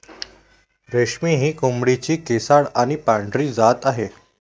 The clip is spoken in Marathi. रेशमी ही कोंबडीची केसाळ आणि पांढरी जात आहे